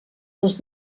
les